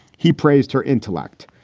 he praised her intellect.